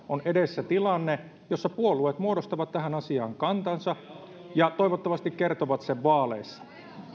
on edessä tilanne jossa puolueet muodostavat tähän asiaan kantansa ja toivottavasti kertovat sen vaaleissa